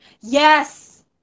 Yes